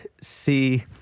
see